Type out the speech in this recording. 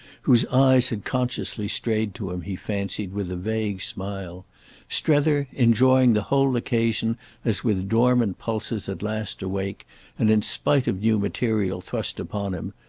whose eyes had consciously strayed to him, he fancied, with a vague smile strether, enjoying the whole occasion as with dormant pulses at last awake and in spite of new material thrust upon him,